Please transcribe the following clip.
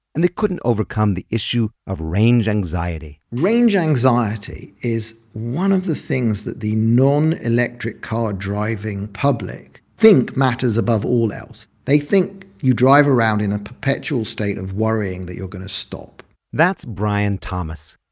and they couldn't overcome the issue of range anxiety range anxiety is one of the things that the non-electric-car driving public think matters above all else. they think you drive around in a perpetual state of worrying that you're going to stop that's brian thomas.